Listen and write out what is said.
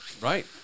right